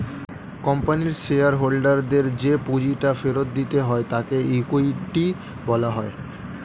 কোম্পানির শেয়ার হোল্ডারদের যে পুঁজিটা ফেরত দিতে হয় তাকে ইকুইটি বলা হয়